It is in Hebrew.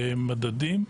במדדים.